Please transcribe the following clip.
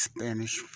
Spanish